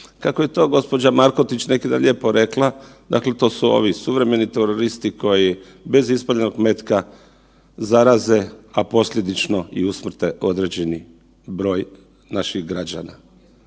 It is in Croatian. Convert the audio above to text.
Kako je to gđa. Markotić neki dan lijepo rekla, dakle to su ovi suvremeni teroristi koji bez ispaljenog metka zaraze, a posljedično i usmrte određeni broj naših građana.